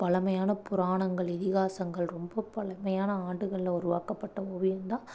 பழமையான புராணங்கள் இதிகாசங்கள் ரொம்ப பழமையான ஆண்டுகளில் உருவாக்கப்பட்ட ஓவியம் தான்